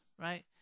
right